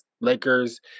Lakers